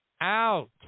out